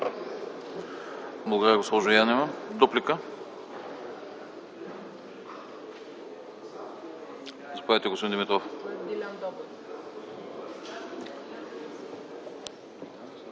Благодаря, господин Стоилов.